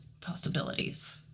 possibilities